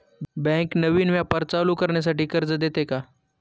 Bank नवीन व्यापार चालू करण्यासाठी कर्ज देते का?